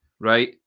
Right